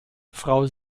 frau